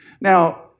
Now